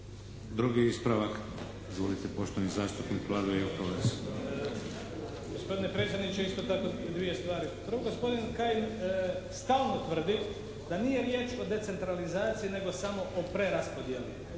Drugi ispravak. Izvolite poštovani zastupnik Vlado Jelkovac. **Jelkovac, Vlado (HDZ)** Gospodine predsjedniče isto tako dvije stvari. Prvo gospodin Kajin stalno tvrdi da nije riječ o decentralizaciji nego samo o preraspodjeli.